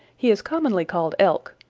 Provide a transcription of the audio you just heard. he is commonly called elk,